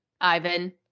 Ivan